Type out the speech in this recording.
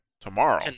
tomorrow